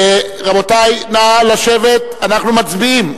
רבותי, נא לשבת, אנחנו מצביעים.